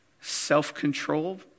self-control